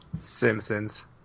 Simpsons